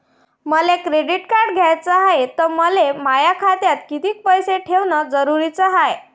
मले credit card घ्याचं हाय, त मले माया खात्यात कितीक पैसे ठेवणं जरुरीच हाय?